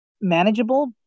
manageable